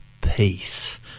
peace